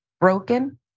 broken